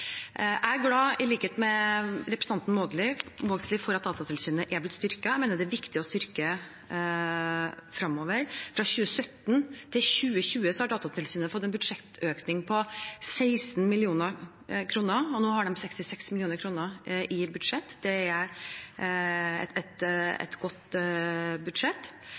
Jeg er, i likhet med representanten Vågslid, glad for at Datatilsynet er blitt styrket. Jeg mener det er viktig å styrke det fremover. Fra 2017 til 2020 har Datatilsynet fått en budsjettøkning på 16 mill. kr, og nå har de 66 mill. kr i budsjett. Det er et godt budsjett.